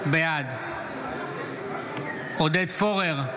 בעד עודד פורר,